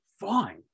fine